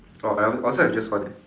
oh I I also have just one eh